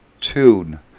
Tune